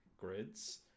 grids